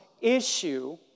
issue